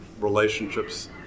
relationships